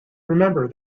remember